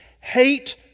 hate